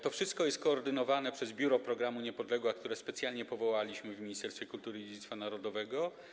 To wszystko jest koordynowane przez Biuro Programu Niepodległa, które specjalnie powołaliśmy w Ministerstwie Kultury i Dziedzictwa Narodowego.